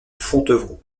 fontevraud